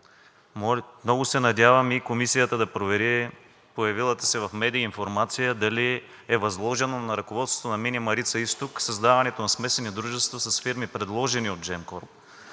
Промяната. Надявам се Комисията да провери появилата се в медиите информация дали е възложено на ръководството на „Мини Марица изток“ създаването на смесени дружества с фирми, предложени от Gemcorp,